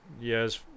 Yes